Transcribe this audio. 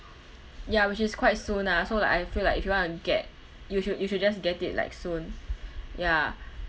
ya which is quite soon ah so like I feel like if you want to get you should you should just get it like soon ya